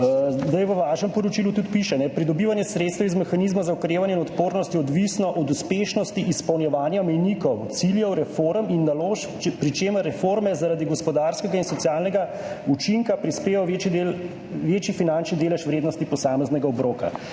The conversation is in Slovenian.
bili. V vašem poročilu tudi piše: »Pridobivanje sredstev iz mehanizma za okrevanje in odpornost je odvisno od uspešnosti izpolnjevanja mejnikov, ciljev reform in naložb, pri čemer reforme zaradi gospodarskega in socialnega učinka prispevajo večji finančni delež vrednosti posameznega obroka.«